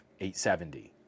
870